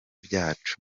byacu